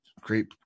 great